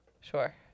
Sure